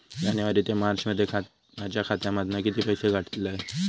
जानेवारी ते मार्चमध्ये माझ्या खात्यामधना किती पैसे काढलय?